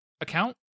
account